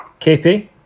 KP